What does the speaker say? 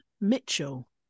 Mitchell